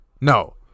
No